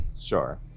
Sure